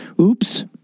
oops